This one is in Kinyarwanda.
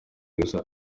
gusa